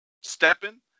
stepping